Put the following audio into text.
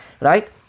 Right